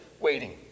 waiting